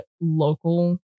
local